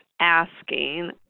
asking